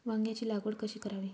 वांग्यांची लागवड कशी करावी?